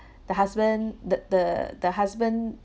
the husband the the the husband